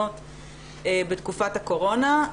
מעונות בתקופת הקורונה.